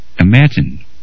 imagine